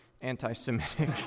anti-Semitic